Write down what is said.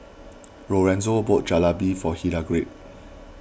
Lorenzo bought Jalebi for Hildegard